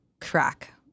crack